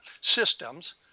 Systems